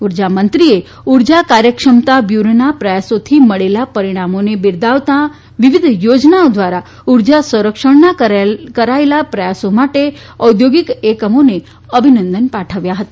ઉર્જામંત્રીએ પ્રયાસોથી ઉર્જા કાર્યક્ષમતા બ્યુરોના પ્રયત્નો મળેલા પરીણામોને બિરદાવતા વિવિધ યોજનાઓ દ્વારા ઉર્જા સંરક્ષણના કરાયેલા પ્રયાસો માટે ઔદ્યોગિક એકમોને અભિનંદન પાઠવ્યા હતા